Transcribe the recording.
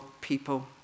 people